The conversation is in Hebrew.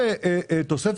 לכולם את המצב